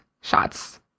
shots